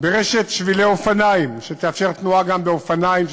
ברשת שבילי אופניים שתאפשר תנועה גם באופניים,